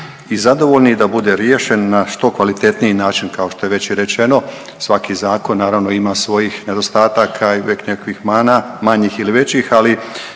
i zadovoljni i da bude riješen na što kvalitetniji način. Kao što je već i rečeno svaki zakon naravno ima svojih nedostatka i uvijek nekakvih mana manjih ili većih, ali